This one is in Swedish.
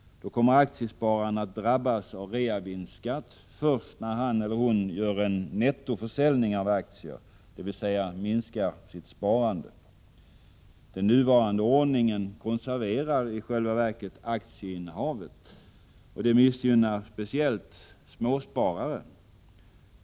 Då kommer aktiespararen att drabbas av reavinstskatt först när han eller hon gör en nettoförsäljning av aktier, dvs. minskar sitt sparande. Den nuvarande ordningen konserverar i själva verket aktieinnehavet. Detta missgynnar speciellt småsparare.